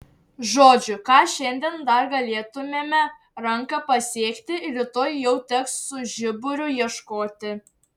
žodžiu ką šiandien dar galėtumėme ranka pasiekti rytoj jau teks su žiburiu ieškoti